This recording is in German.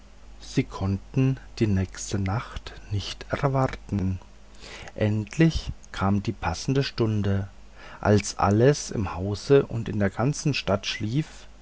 sie konnten die nächste nacht nicht ermatten endlich kam die passende stunde als alles im hause und in der ganzen stadt schlief